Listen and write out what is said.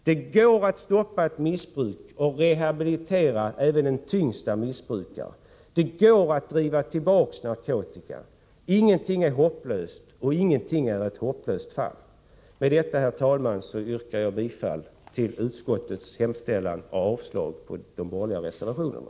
Det går att stoppa ett missbruk och att rehabilitera även den svåraste missbrukaren. Det går också att driva tillbaka narkotikan. Ingenting är hopplöst och ingen är ett hopplöst fall. Med detta, herr talman, yrkar jag bifall till hemställan i utskottets betänkande och avslag på de borgerliga reservationerna.